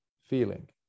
feeling